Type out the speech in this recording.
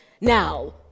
Now